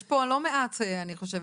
יש פה לא מעט אני חושבת,